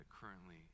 currently